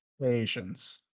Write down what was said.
Patience